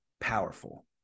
powerful